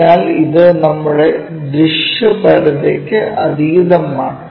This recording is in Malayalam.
അതിനാൽ ഇത് നമ്മുടെ ദൃശ്യപരതയ്ക്ക് അതീതമാണ്